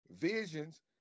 Visions